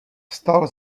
vstal